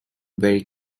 very